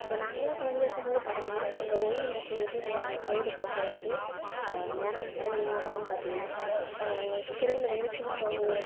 இப்போ நாங்கெல்லாம் குழந்தையா இருக்கும்போது பார்த்தீங்கன்னா எங்கள் ஓய்வு நேரத்தில் எப்படி நாங்கள் எங்கள் பொழுதை போக்கை வந்து நேரத்தை செலவிடுவோம் அப்படின்னு பார்த்தீங்கன்னா தெருவில் வந்து சின்ன குழந்தைங்க